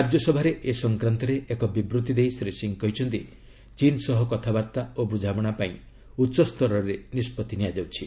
ରାଜ୍ୟସଭାରେ ଏ ସଂକାନ୍ତରେ ଏକ ବିବୃତି ଦେଇ ଶ୍ରୀ ସିଂ କହିଛନ୍ତି ଚୀନ ସହ କଥାବାର୍ତ୍ତା ଓ ବୁଝାମଣା ପାଇଁ ଉଚ୍ଚସ୍ତରରେ ନିଷ୍କଭି ନିଆଯାଉଛି